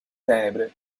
tenebre